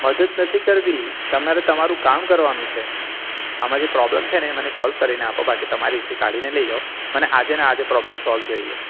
મદદ નથી કરવી તમારે તમારું કામ કરવાનું છે આમાં જ પ્રોબલમ છે ને એ મને સોલ્વ કરીને આપો બાકી તમારી એસી કાઢીને લઈ જાઓ મને આજે ને આજે પ્રોબલમ સોલ્વ જોઈએ